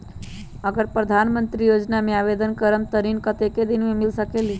अगर प्रधानमंत्री योजना में आवेदन करम त ऋण कतेक दिन मे मिल सकेली?